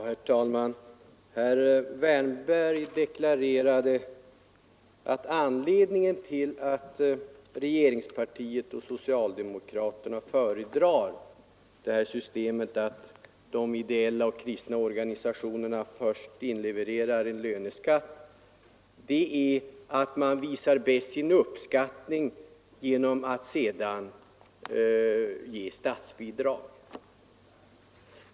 Herr talman! Herr Wärnberg deklarerade att regeringspartiet och socialdemokraterna föredrar ett system där de ideella och kristna organisationerna först inlevererar en löneskatt och regeringen sedan visar sin uppskattning genom att ge statsbidrag.